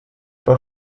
war